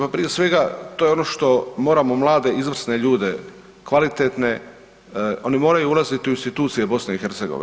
Pa prije svega to je ono što moramo mlade, izvrsne ljude kvalitetne oni moraju ulaziti u institucije BiH.